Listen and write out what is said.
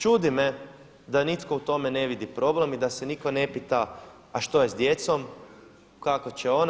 Čudi me da nitko u tome ne vidi problem i da se nitko ne pita a što je s djecom, kako će ona.